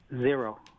Zero